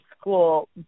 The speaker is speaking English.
school